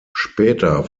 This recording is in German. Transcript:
später